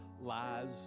lies